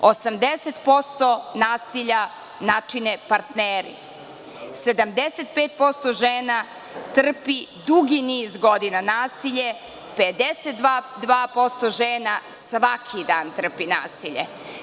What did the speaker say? Dakle, 80% nasilja načine partneri, 75% žena trpi dugi niz godina nasilje, a 52% žena svaki dan trpi nasilje.